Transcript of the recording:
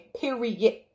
period